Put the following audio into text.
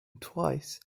twice